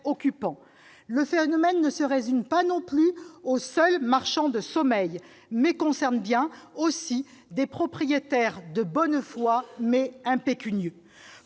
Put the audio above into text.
Le phénomène ne se résume pas non plus aux marchands de sommeil : il concerne également des propriétaires de bonne foi, mais impécunieux.